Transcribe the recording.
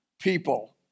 People